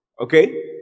Okay